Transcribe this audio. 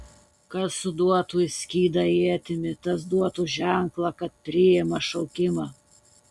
kas suduotų į skydą ietimi tas duotų ženklą kad priima šaukimą